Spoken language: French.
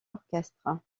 orchestres